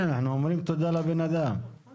בבקשה